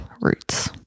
roots